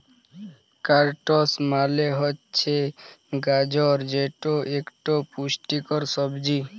carrots মালে হছে গাজর যেট ইকট পুষ্টিকর সবজি